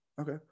Okay